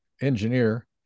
engineer